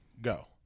go